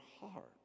heart